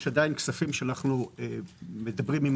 יש עדיין כספים שאנחנו מדברים עליהם עם